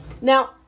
now